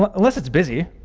but unless it's busy.